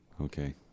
Okay